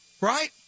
Right